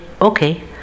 Okay